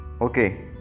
Okay